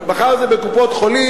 מחר זה בקופות-חולים,